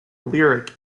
lyric